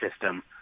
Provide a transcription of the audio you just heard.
system